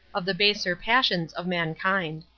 of the baser passions of mankind.